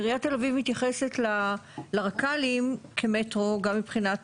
כי עיריית תל אביב מתייחסת לרק"לים כמטרו גם מבחינת,